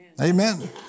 Amen